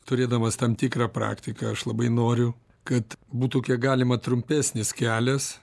turėdamas tam tikrą praktiką aš labai noriu kad būtų kiek galima trumpesnis kelias